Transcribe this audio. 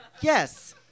yes